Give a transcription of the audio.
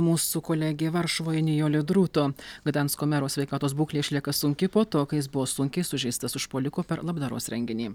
mūsų kolegė varšuvoje nijolė drūto gdansko mero sveikatos būklė išlieka sunki po to kai jis buvo sunkiai sužeistas užpuoliko per labdaros renginį